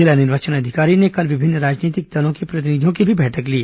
जिला निर्वाचन अधिकारी ने कल विभिन्न राजनीतिक दलों के प्रतिनिधियों की भी बैठक ली